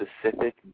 specific